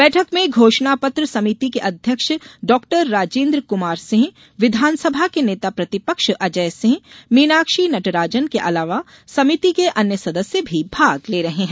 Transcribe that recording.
बैठक में घोषणा पत्र समिति के अध्यक्ष डाक्टर राजेन्द्र कुमार सिंह विधानसभा के नेता प्रतिपक्ष अजय सिंह मीनाक्षी नटराजन के अलावा समिति के अन्य सदस्य भी भाग ले रहे हैं